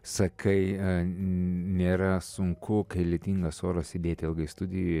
sakai nėra sunku kai lietingas oras sėdėti ilgai studijoje